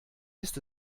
ist